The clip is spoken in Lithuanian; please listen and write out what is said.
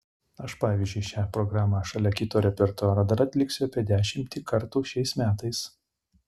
aš pavyzdžiui šią programą šalia kito repertuaro dar atliksiu apie dešimtį kartų šiais metais